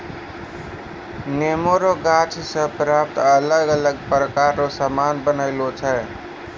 नेमो रो गाछ से प्राप्त अलग अलग प्रकार रो समान बनायलो छै